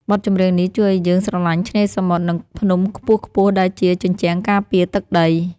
បទចម្រៀងនេះជួយឱ្យយើងស្រឡាញ់ឆ្នេរសមុទ្រ និងភ្នំខ្ពស់ៗដែលជាជញ្ជាំងការពារទឹកដី។